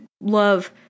love